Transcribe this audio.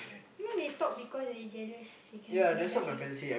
you know they talk because they jealous they cannot be like you